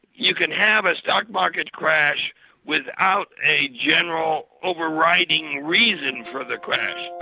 you can have a stock market crash without a general over-riding reason for the crash.